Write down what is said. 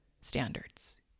standards